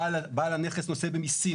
בעל הנכס נושא במיסים,